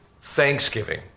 thanksgiving